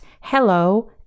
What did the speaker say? hello